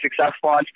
successful